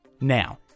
Now